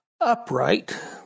upright